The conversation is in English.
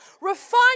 refine